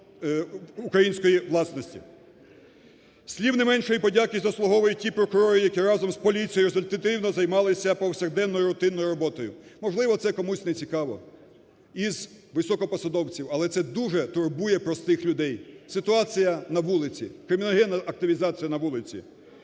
Слів не меншої подяки заслуговують ті прокурори, які разом з поліцією результативно займалися повсякденною рутинною робото. Можливо, це комусь не цікаво, із високопосадовців, але це дуже турбує простих людей, ситуація на вулиці, криміногенна активізація на вулиці.